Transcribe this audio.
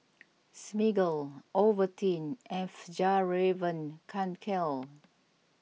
Smiggle Ovaltine and Fjallraven Kanken